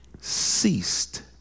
ceased